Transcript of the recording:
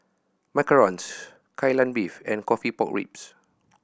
macarons Kai Lan Beef and coffee pork ribs